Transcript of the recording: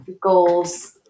goals